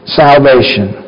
salvation